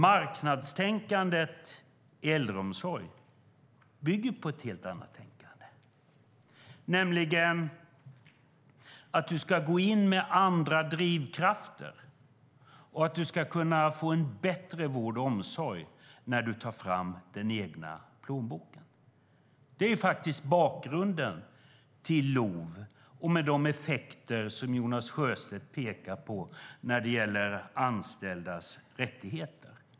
Marknadstänkandet i äldreomsorg bygger på något helt annat, nämligen att man går in med andra drivkrafter och att människor ska kunna få en bättre vård och omsorg när de tar fram den egna plånboken. Det är bakgrunden till LOV och de effekter som Jonas Sjöstedt pekar på när det gäller anställdas rättigheter.